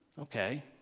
Okay